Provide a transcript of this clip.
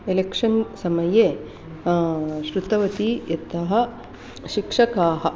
election समये श्रुतवती यतः शिक्षकाः